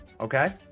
Okay